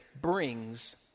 brings